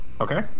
Okay